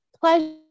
pleasure